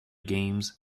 games